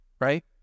right